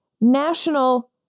national